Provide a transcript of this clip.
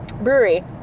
brewery